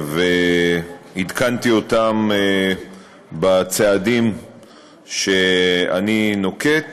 ועדכנתי אותם בצעדים שאני נוקט,